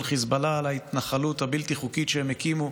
חיזבאללה על ההתנחלות הבלתי-חוקית שהם הקימו